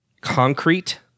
concrete